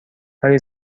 ولی